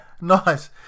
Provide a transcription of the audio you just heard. Nice